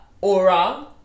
aura